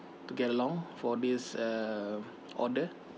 to get along for this uh order